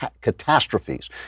catastrophes